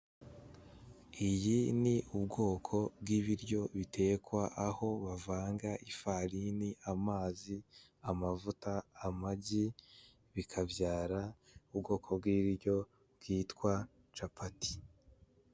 Iyi ni ubwoko bw'ibiryo bitekwa aho bavanga ifarini, amazi, amavuta, amagi bikabyara ubwoko bw'ibiryo bwitwa capati.